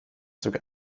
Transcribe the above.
sogar